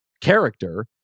character